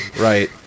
Right